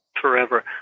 forever